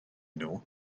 nhw